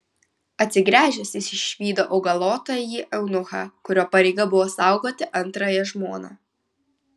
atsigręžęs jis išvydo augalotąjį eunuchą kurio pareiga buvo saugoti antrąją žmoną